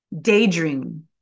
daydream